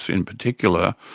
in particular,